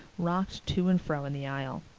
rocked to and fro in the aisle.